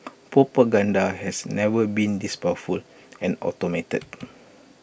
propaganda has never been this powerful and automated